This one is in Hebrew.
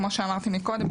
כמו שאמרתי מקודם,